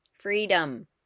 freedom